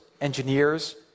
engineers